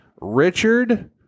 Richard